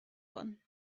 one